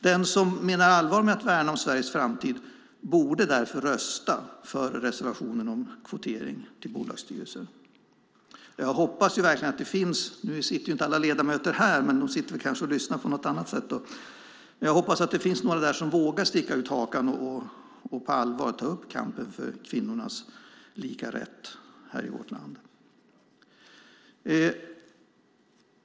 Den som menar allvar med att värna om Sveriges framtid borde därför rösta för reservationen om kvotering till bolagsstyrelser. Nu sitter ju inte alla ledamöter här, men de lyssnar väl på debatten på något annat sätt. Jag hoppas att det finns några som vågar sticka ut hakan och ta upp kampen för kvinnornas lika rätt här i vårt land.